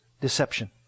deception